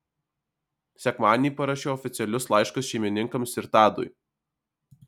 sekmadienį parašiau oficialius laiškus šeimininkams ir tadui